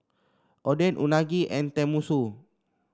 Oden Unagi and Tenmusu